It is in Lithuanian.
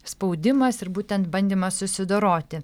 spaudimas ir būtent bandymas susidoroti